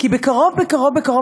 כי בקרוב בקרוב בקרוב,